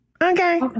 Okay